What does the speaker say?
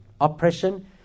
Oppression